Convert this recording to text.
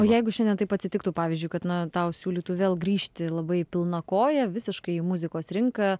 o jeigu šiandien taip atsitiktų pavyzdžiui kad na tau siūlytų vėl grįžti labai pilna koja visiškai į muzikos rinką